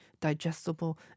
digestible